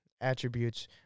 attributes